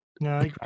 No